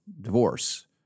divorce